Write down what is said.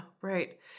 right